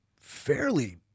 fairly